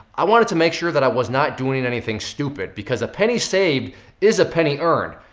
i wanted to make sure that i was not doing anything stupid because a penny saved is a penny earned,